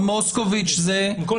מוסקוביץ --- כי תמיד רואים את המקרה שמבקש,